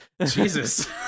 Jesus